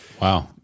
wow